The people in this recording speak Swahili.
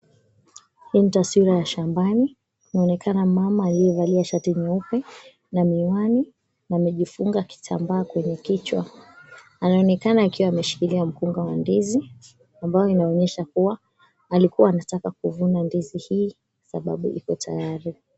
Ni taswira ya shambani, kunaonekana mama aliyevalia shati nyeupe na miwani, amejifunga kitambaa kwenye kichwa, anaonekana akiwa ameshikilia mkunga wa ndizi ambayo inaonyesha kuwa alikuwa anataka kuvuna ndizi hii kwa sababu Iko tayari.